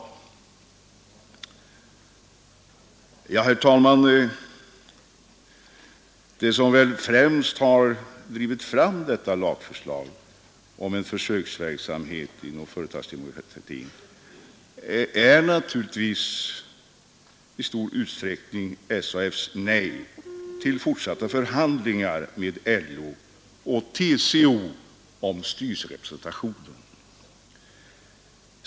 Herr talman! Det som väl främst har drivit fram detta lagförslag om en försöksverksamhet inom företagsdemokratin är naturligtvis SAF:s nej till fortsatta förhandlingar med LO och TCO om styrelserepresentation.